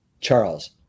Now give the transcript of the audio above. Charles